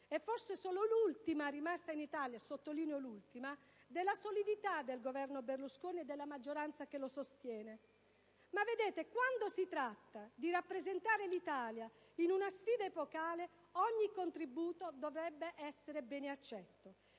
e forse sono l'ultima rimasta in Italia (sottolineo l'ultima) - della solidità del Governo Berlusconi e della maggioranza che lo sostiene, ma, quando si tratta di rappresentare l'Italia in una sfida epocale, ogni contributo dovrebbe essere bene accetto.